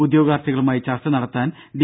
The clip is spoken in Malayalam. ഉദ്യോഗാർഥികളുമായി ചർച്ച നടത്താൻ ഡി